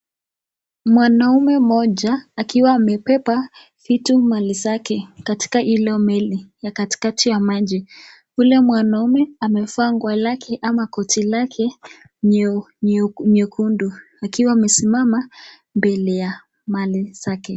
Mwanamume moja akiwa amebeba vitu mali zake katika ilo meli na katikati ya maji. Ule mwanaume amevaa nguo lake ama koti lake nyekundu akiwa amesimama mbele ya mali zake.